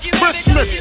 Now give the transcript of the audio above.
Christmas